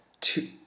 two